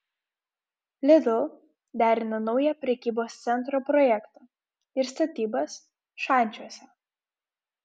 lidl derina naują prekybos centro projektą ir statybas šančiuose